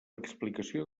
explicació